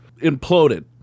imploded